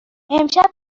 امشب